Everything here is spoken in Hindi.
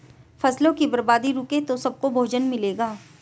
फसलों की बर्बादी रुके तो सबको भोजन मिलेगा